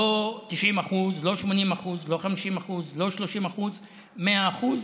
לא 90%, לא 80%, לא 50%, לא 30% 100%,